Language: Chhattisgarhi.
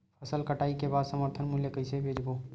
फसल कटाई के बाद समर्थन मूल्य मा कइसे बेचबो?